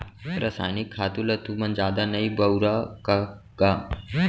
रसायनिक खातू ल तुमन जादा नइ बउरा का गा?